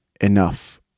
enough